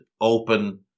open